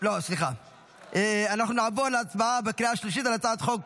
אנחנו נעבור להצבעה בקריאה השלישית על הצעת חוק